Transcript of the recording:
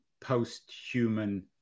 post-human